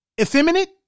effeminate